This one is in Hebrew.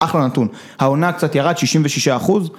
אחלה נתון. העונה קצת ירד, 66%.